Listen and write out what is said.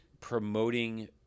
promoting